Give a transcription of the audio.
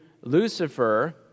Lucifer